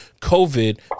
COVID